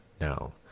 now